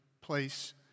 place